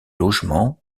logement